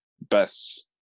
best